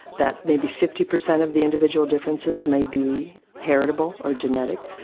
that maybe fifty percent of the individual differences may be heritable or genetic,